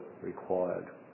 required